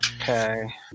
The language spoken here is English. Okay